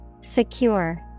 Secure